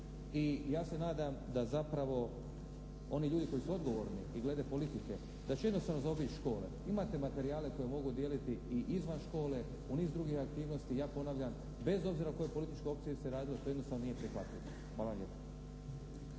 I ja se nadam da zapravo oni ljudi koji su odgovorni, i glede politike, da će jednostavno zaobići škole. Imate materijale koje mogu dijeliti i izvan škole, u niz drugih aktivnosti, ja ponavljam, bez obzira o kojoj političkoj opciji se radilo, to jednostavno nije prihvatljivo. Hvala vam